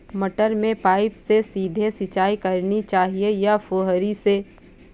मटर में पाइप से सीधे सिंचाई करनी चाहिए या फुहरी से?